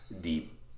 deep